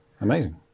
Amazing